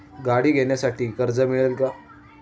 गाडी घेण्यासाठी कर्ज मिळेल का?